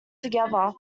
together